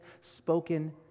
spoken